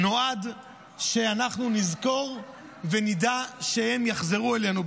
נועד שאנחנו נזכור ונדע שהם יחזרו אלינו,